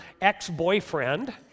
ex-boyfriend